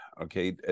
okay